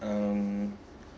um